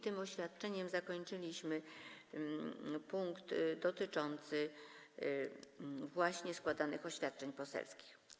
Tym oświadczeniem zakończyliśmy punkt dotyczący właśnie składanych oświadczeń poselskich.